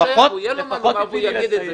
יהיה לו מה לומר והוא יגיד את זה,